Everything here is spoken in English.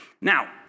Now